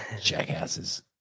Jackasses